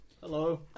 Hello